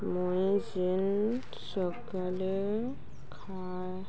ମୁଇଁ ଯେନ୍ ସକାଲେ ଖା